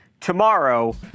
tomorrow